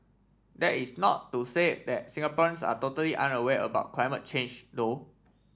that is not to say that Singaporeans are totally unaware about climate change though